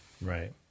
Right